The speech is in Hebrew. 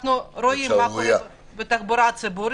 אנחנו רואים גם מה קורה בתחבורה הציבורית.